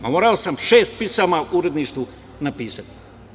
Morao sam šest pisama uredništvu napisati.